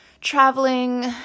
Traveling